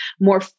more